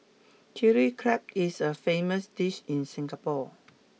chilli crab is a famous dish in Singapore